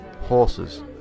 horses